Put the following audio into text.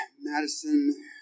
Madison